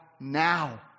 now